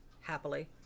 happily